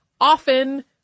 often